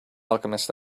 alchemist